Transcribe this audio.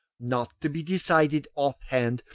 not to be decided off-hand,